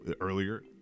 earlier